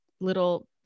little